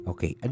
Okay